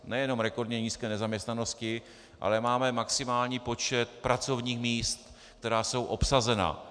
Nejenom rekordně nízké nezaměstnanosti, ale máme maximální počet pracovních míst, která jsou obsazena.